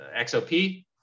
XOP